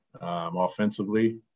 offensively